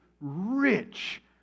rich